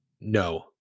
no